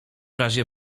razie